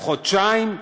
חודשיים.